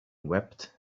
wept